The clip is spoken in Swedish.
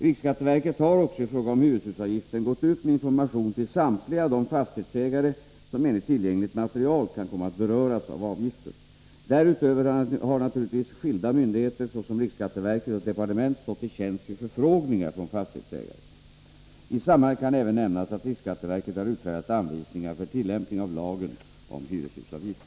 Riksskatteverket har också i fråga om hyreshusavgiften gått ut med information till samtliga de fastighetsägare som enligt tillgängligt material kan komma att beröras av avgiften. Därutöver har naturligtvis skilda myndigheter såsom riksskatteverket och departement stått till tjänst vid förfrågningar från fastighetsägare. I sammanhanget kan även nämnas att riksskatteverket har utfärdat anvisningar för tillämpningen av lagen om hyreshusavgift.